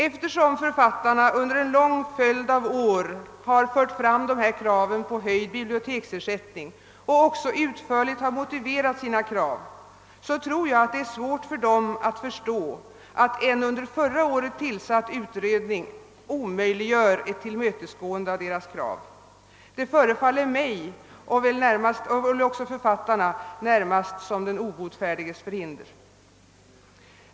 Eftersom författarna under en lång följd av år har krävt höjd biblioteksersättning och utförligt motiverat sina krav har de säkerligen svårt att förstå, att en under förra året tillsatt utredning omöjliggör ett tillmötesgående av deras krav. Det förefaller mig och väl också författarna närmast som den obotfärdiges förhinder.